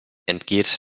entgeht